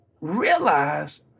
realize